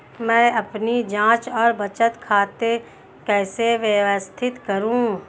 मैं अपनी जांच और बचत खाते कैसे व्यवस्थित करूँ?